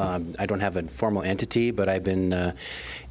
i don't have a formal entity but i've been